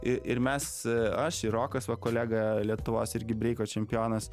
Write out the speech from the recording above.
i ir mes aš ir rokas va kolega lietuvos irgi breiko čempionas